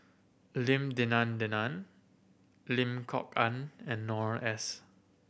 Lim Denan Denon Lim Kok Ann and Noor S